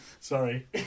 Sorry